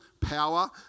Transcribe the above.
power